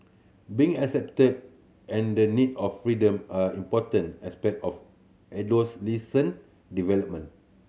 being accepted and the need of freedom are important aspect of adolescent development